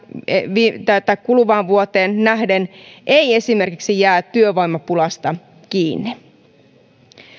tähän kuluvaan vuoteen nähden ei esimerkiksi jää työvoimapulasta kiinni